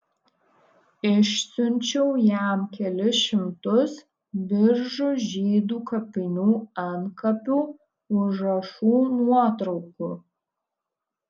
išsiunčiau jam kelis šimtus biržų žydų kapinių antkapių užrašų nuotraukų